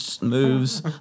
moves